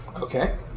Okay